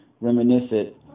reminiscent